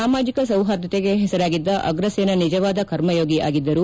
ಸಾಮಾಜಿಕ ಸೌಪಾರ್ದತೆಗೆ ಹೆಸರಾಗಿದ್ದ ಅಗ್ರಸೇನಾ ನಿಜವಾದ ಕರ್ಮಯೋಗಿ ಆಗಿದ್ದರು